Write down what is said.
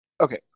Okay